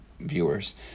viewers